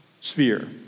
sphere